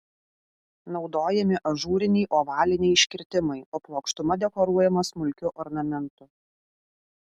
naudojami ažūriniai ovaliniai iškirtimai o plokštuma dekoruojama smulkiu ornamentu